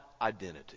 identity